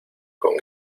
con